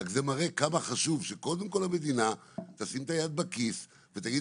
אבל זה מראה כמה חשוב שהמדינה תשים את היד בכיס ותגיד